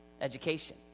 education